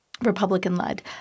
Republican-led